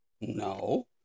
No